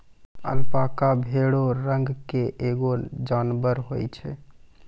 alpaca भेड़ो रंग के एगो जानबर होय छै